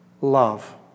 love